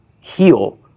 heal